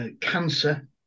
cancer